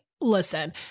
Listen